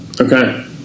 okay